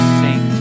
sing